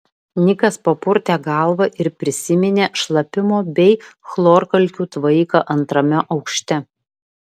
nikas papurtė galvą ir prisiminė šlapimo bei chlorkalkių tvaiką antrame aukšte